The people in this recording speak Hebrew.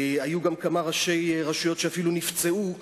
היו גם כמה ראשי רשויות שנפצעו אפילו.